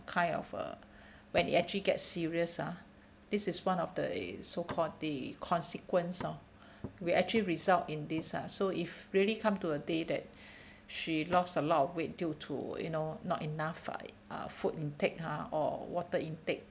kind of uh when it actually get serious ah this is one of the so called the consequence lor will actually result in this ah so if really come to a day that she lost a lot of weight due to you know not enough uh uh food intake ah or water intake